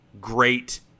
great